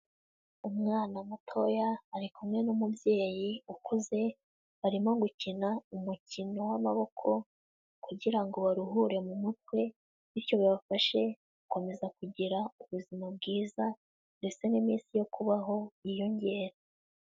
Umwana mutoya ari kumwe n'umubyeyi ukuze, barimo gukina umukino w'amaboko kugira ngo baruhure mu mutwe, bityo bibabafashe gukomeza kugira ubuzima bwiza ndetse n'iminsi yo kubaho yiyongere.